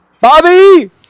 Bobby